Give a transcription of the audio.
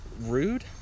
rude